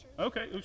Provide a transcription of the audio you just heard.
Okay